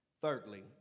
Thirdly